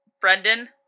Brendan